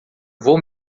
vou